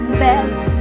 best